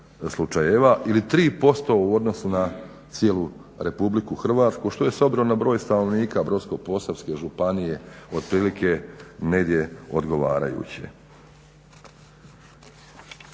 slučajeva ili 3% u odnosu na cijelu Republiku Hrvatsku što je s obzirom na broj stanovnika Brodsko-posavske županije otprilike negdje odgovarajuće.